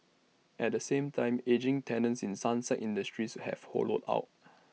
at the same time ageing tenants in sunset industries have hollowed out